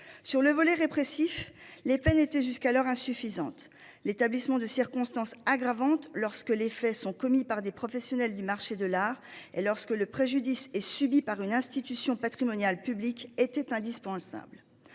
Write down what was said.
Sur le volet répressif, les peines étaient jusqu'alors insuffisantes. L'établissement de circonstances aggravantes lorsque les faits sont commis par des professionnels du marché de l'art et lorsque le préjudice est subi par une institution patrimoniale publique était indispensable.